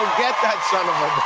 that son of